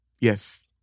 Yes